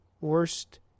Worst